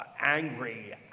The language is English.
angry